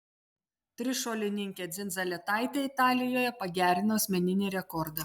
trišuolininkė dzindzaletaitė italijoje pagerino asmeninį rekordą